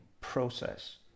process